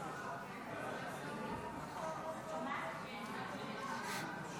חוק ומשפט לצורך הכנתה לקריאה